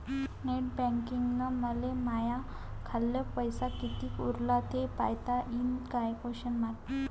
Net बँकिंगनं मले माह्या खाल्ल पैसा कितीक उरला थे पायता यीन काय?